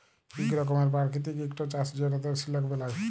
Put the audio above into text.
ইক রকমের পারকিতিক ইকট চাষ যেটতে সিলক বেলায়